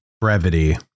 Brevity